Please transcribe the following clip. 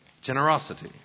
Generosity